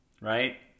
right